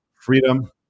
Freedom